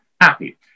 happy